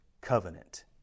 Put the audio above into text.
covenant